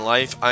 Life